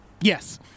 Yes